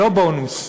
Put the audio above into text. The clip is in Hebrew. לא בונוס,